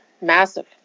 massive